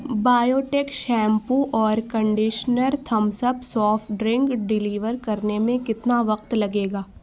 biotech shampoo اور conditioner Thums Up soft drink deliver کرنے میں کتنا وقت لگے گا